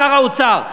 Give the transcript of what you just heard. שר האוצר,